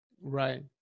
Right